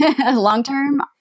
Long-term